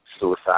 suicide